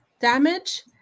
damage